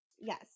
Yes